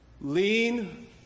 lean